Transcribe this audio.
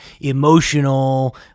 emotional